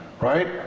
right